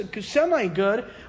semi-good